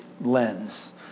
lens